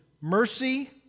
mercy